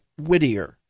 Whittier